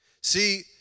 See